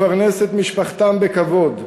לפרנס את משפחתם בכבוד,